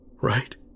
right